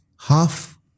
half